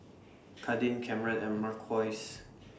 Kadin Cameron and Marquise